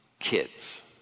kids